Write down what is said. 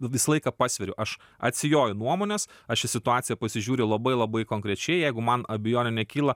visą laiką pasveriu aš atsijoju nuomones aš į situaciją pasižiūriu labai labai konkrečiai jeigu man abejonių nekyla